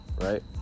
right